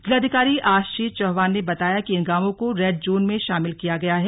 जिलाधिकारी आशीष चौहान ने बताया कि इन गांवों को रेड जोन में शामिल किया गया है